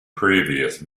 previous